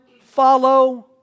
follow